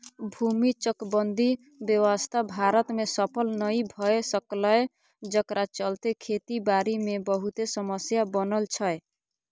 भूमि चकबंदी व्यवस्था भारत में सफल नइ भए सकलै जकरा चलते खेती बारी मे बहुते समस्या बनल छै